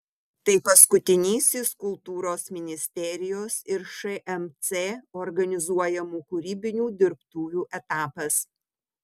tai paskutinysis kultūros ministerijos ir šmc organizuojamų kūrybinių dirbtuvių etapas